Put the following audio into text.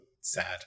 sad